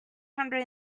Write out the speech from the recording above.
hundred